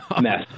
mess